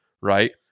Right